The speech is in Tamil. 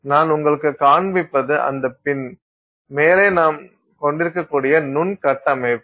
நான் உங்களுக்குக் காண்பிப்பது அந்த பின் மேலே நாம் கொண்டிருக்கக்கூடிய நுண் கட்டமைப்பு